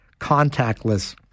contactless